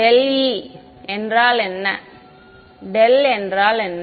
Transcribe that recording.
எனவே ∇ என்றால் என்ன